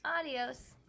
Adios